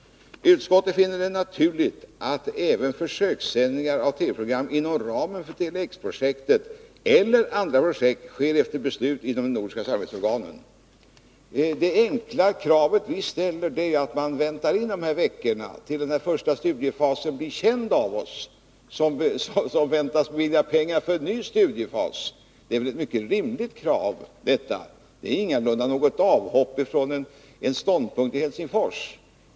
— ”Nordiska kulturutskottet finner det naturligt att även försökssändningar av TV program inom ramen för Tele-X-projektet eller andra projekt sker efter beslut inom de nordiska samarbetsorganen.” Det enkla krav som vi socialdemokrater ställer är att man väntar de veckor det kommer att ta, innan denna studiefas blir känd av oss — det väntas att pengar till en ny studiefas beviljas. Detta är väl ett mycket rimligt krav. Det är ingalunda något avhopp från en ståndpunkt i Helsingfors.